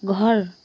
घर